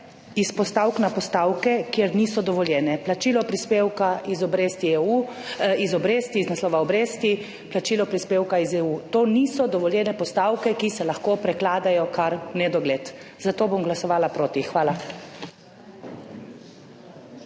iz postavk na postavke, kjer niso dovoljene. Plačilo prispevka iz naslova obresti, plačilo prispevka iz EU. To niso dovoljene postavke, ki se lahko prekladajo kar v nedogled. Zato bom glasovala proti. Hvala.